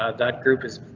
ah that group is